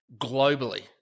globally